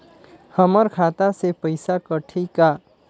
हमर खाता से पइसा कठी का?